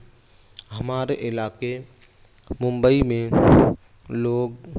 ہمارے علاقے ممبئی میں لوگ